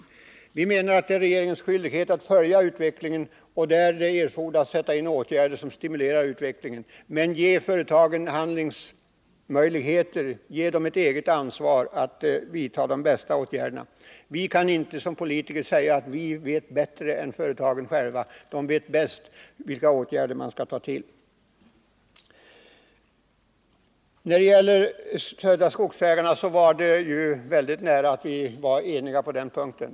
Utskottsmajoriteten menar att det är regeringens skyldighet att följa utvecklingen och när så erfordras sätta in åtgärder som stimulerar utvecklingen men även att ge företagen handlingsmöjligheter och ett eget ansvar att vidta de bästa åtgärderna. Vi kan inte som politiker säga att vi vet bättre än företagen själva. Företagen vet bäst vilka åtgärder de skall ta till. När det gäller Södra Skogsägarna var det mycket nära att vi nådde enighet i utskottet.